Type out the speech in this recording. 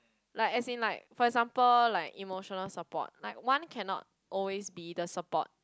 like as in like for example like emotional support like one cannot always be the support